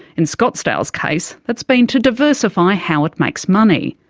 in scottsdale's case, that's been to diversify how it makes money,